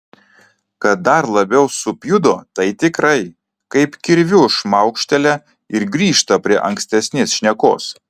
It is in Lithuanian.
kad dar labiau supjudo tai tikrai kaip kirviu šmaukštelia ir grįžta prie ankstesnės šnekos